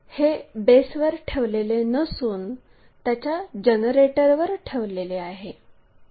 हे बेसवर ठेवलेले नसून त्याच्या जनरेटरवर ठेवलेले आहे